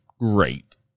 great